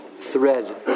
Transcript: Thread